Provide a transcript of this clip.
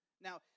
Now